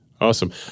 Awesome